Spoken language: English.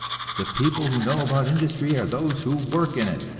the people who know about industry are those who work in it.